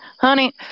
Honey